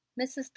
mrs